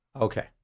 Okay